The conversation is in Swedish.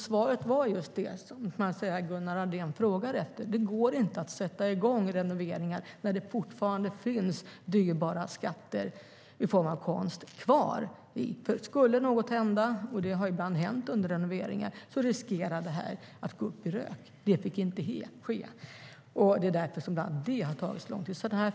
Svaret var det som Gunnar Andrén frågade efter, nämligen att det inte går att sätta i gång renoveringar när det fortfarande finns dyrbara skatter i form av konst kvar. Om något händer - det har ibland hänt under renoveringar - riskerar de att gå upp i rök. Det får inte ske. Det är därför som det har tagit lång tid.